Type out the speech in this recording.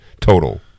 total